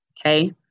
Okay